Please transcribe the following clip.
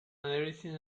everything